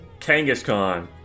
Kangaskhan